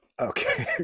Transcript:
Okay